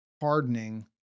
hardening